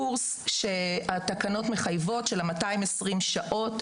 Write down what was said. הקורס שהתקנות מחייבות של 220 שעות,